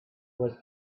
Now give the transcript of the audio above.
was